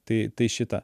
tai tai šita